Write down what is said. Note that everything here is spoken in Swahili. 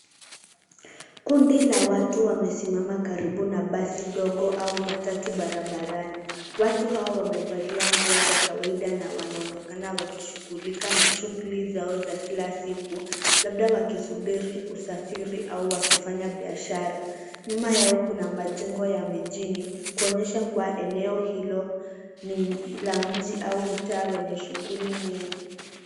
Kundi la watu wamesimama karibu na basi dogo au matatu barabarani. Watu hao wamevalia nguo za kawaida na wanaonekana wakishughulika na shughuli zao za kila siku labda wakisubiri usafiri au wakifanya biashara. Nyuma yao kuna majengo ya mijini kuonyesha kuwa eneo hilo ni la mji au mtaa wenye shughuli mingi.